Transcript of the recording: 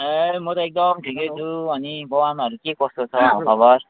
ए म त एकदम ठिकै छु अनि बाउ आमाहरू के कस्तो छ हालखबर